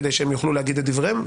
כדי שהם יוכלו להגיד את דבריהם,